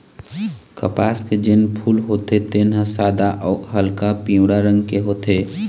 कपसा के जेन फूल होथे तेन ह सादा अउ हल्का पीवरा रंग के होथे